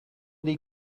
dei